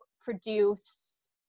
produce